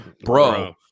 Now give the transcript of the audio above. Bro